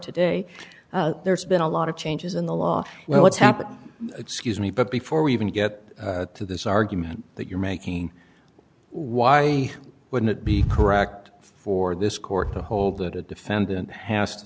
today there's been a lot of changes in the law well what's happened excuse me but before we even get to this argument that you're making why wouldn't it be correct for this court to hold that a defendant has to